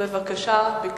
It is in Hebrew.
בבקשה, בקצרה.